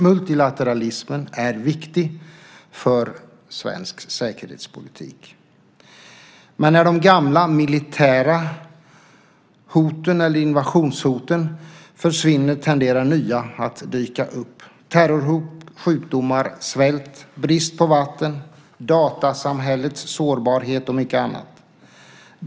Multilateralismen är viktig för svensk säkerhetspolitik. Men när de gamla militära hoten eller invasionshoten försvinner tenderar nya att dyka upp: terrorhot, sjukdomar, svält, brist på vatten, datasamhällets sårbarhet och mycket annat.